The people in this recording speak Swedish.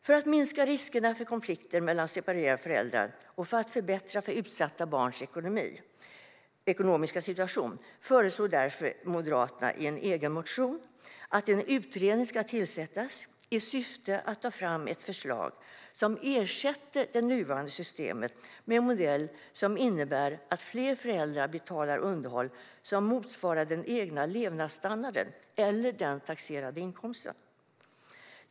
För att minska riskerna för konflikter mellan separerade föräldrar och för att förbättra den ekonomiska situationen för utsatta barn föreslår Moderaterna därför i en egen motion att en utredning ska tillsättas i syfte att ta fram ett förslag som ersätter det nuvarande systemet med en modell som innebär att fler föräldrar betalar underhåll som motsvarar den egna levnadsstandarden eller den taxerade inkomsten.